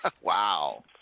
Wow